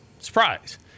surprise